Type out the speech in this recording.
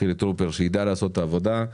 חילי טרופר שיידע לעשות את העבודה.